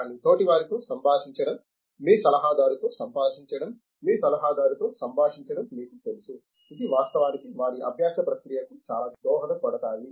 కానీ తోటివారితో సంభాషించడం మీ సలహాదారుతో సంభాషించడం మీ సలహాదారుతో సంభాషించడం మీకు తెలుసు ఇవి వాస్తవానికి వారి అభ్యాస ప్రక్రియకు చాలా దోహదపడతాయి